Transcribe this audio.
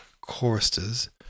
choristers